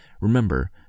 Remember